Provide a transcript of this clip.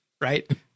right